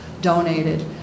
donated